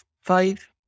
five